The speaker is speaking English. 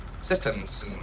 systems